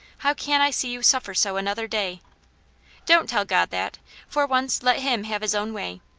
how can i see you suffer so another day don't tell god that for once let him have his own way.